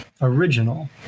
original